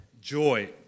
joy